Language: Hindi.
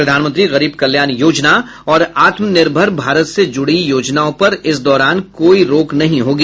प्रधानमंत्री गरीब कल्याण योजना और आत्मनिर्भर भारत से जुड़ी योजनाओं पर कोई रोक नहीं होगी